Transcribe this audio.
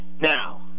Now